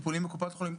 טיפולים בקופות החולים.